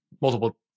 multiple